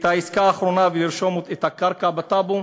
העסקה האחרונה ולרשום את הקרקע בטאבו.